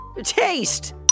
taste